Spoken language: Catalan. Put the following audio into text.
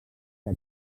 que